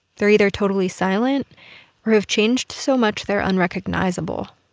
they're either totally silent or have changed so much they're unrecognizable.